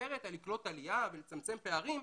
שמדברת על לקלוט עלייה ולצמצם פערים,